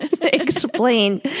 explain